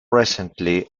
recently